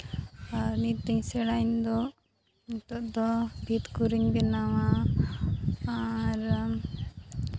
ᱟᱨ ᱱᱤᱛ ᱤᱧ ᱥᱮᱬᱟᱭᱮᱱ ᱫᱚ ᱱᱤᱛᱚᱜ ᱫᱚ ᱵᱷᱤᱛ ᱠᱚᱨᱮᱧ ᱵᱮᱱᱟᱣᱟ ᱟᱨ